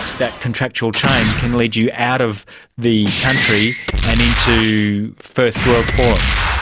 that contractual chain can lead you out of the country and into first world forums.